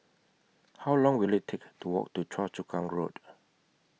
How Long Will IT Take to Walk to Choa Chu Kang Road